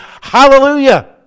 hallelujah